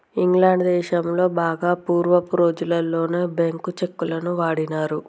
England దేశంలో బాగా పూర్వపు రోజుల్లోనే బ్యేంకు చెక్కులను వాడినారు